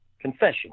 confession